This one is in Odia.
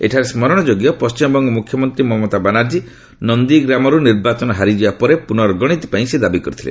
ଏଠାରେ ସ୍କରଣ ଯୋଗ୍ୟ ପଶ୍ଚିମବଙ୍ଗ ମୁଖ୍ୟମନ୍ତ୍ରୀ ମମତା ବାନାର୍ଜୀ ନନ୍ଦୀଗ୍ରାମରୁ ନିର୍ବାଚନ ହାରିଯିବା ପରେ ପୁର୍ନଗଣତି ପାଇଁ ସେ ଦାବି କରିଥିଲେ